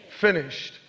finished